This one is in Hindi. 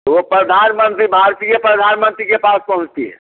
वह प्रधानमंत्री भारतीय प्रधानमंत्री के पास पहुँचती है